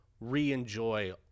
re-enjoy